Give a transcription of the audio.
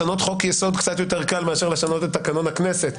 לשנות חוק-יסוד קצת יותר קל מאשר לשנות את תקנון הכנסת,